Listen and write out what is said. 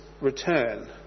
return